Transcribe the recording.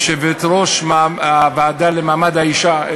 יושבת-ראש הוועדה למעמד האישה,